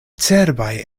cerbaj